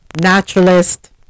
Naturalist